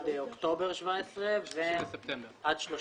2017 עד 30